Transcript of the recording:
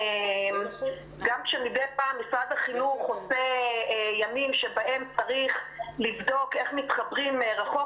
גם כשמדי פעם משרד החינוך עושה ימים שבהם צריך לבדוק איך מתחברים מרחוק